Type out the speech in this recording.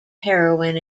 heroin